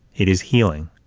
it is healing.